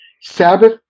Sabbath